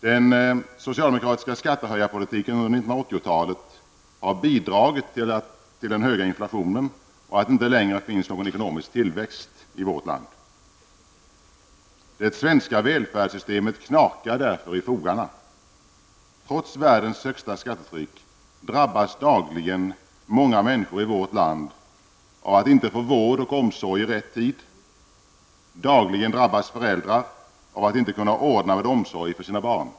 Den socialdemokratiska skattehöjarpolitiken under 1980-talet har bidragit till den höga inflationen och till att det inte längre finns någon ekonomisk tillväxt i vårt land. Det svenska välfärdssystemet knakar därför i fogarna. Trots världens högsta skattetryck drabbas dagligen många människor i vårt land av att inte få vård och omsorg i rätt tid. Dagligen drabbas föräldrar av att inte kunna ordna med omsorg för sina barn.